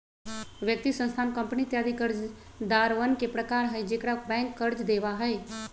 व्यक्ति, संस्थान, कंपनी इत्यादि कर्जदारवन के प्रकार हई जेकरा बैंक कर्ज देवा हई